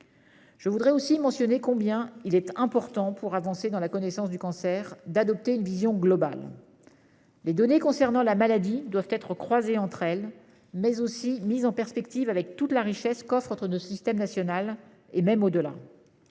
Je voudrais aussi mentionner combien il est important, pour avancer dans la connaissance du cancer, d'adopter une vision globale. Les données concernant la maladie doivent être croisées entre elles, mais aussi mises en perspective avec toute la richesse qu'offre notre système national, et même au-delà.